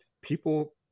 people